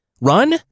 Run